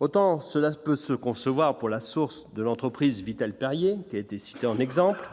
Autant cela peut se concevoir pour la source de l'entreprise, Vittel, Perrier, qui a été cité en exemple